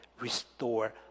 restore